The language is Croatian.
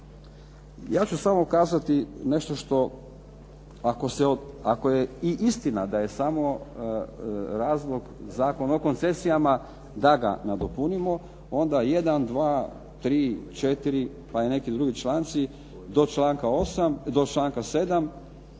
Ja ću samo kazati nešto što ako je i istina da je samo razlog Zakon o koncesijama da ga nadopunimo onda 1., 2., 3., 4. pa i neki drugi članci do članka 7.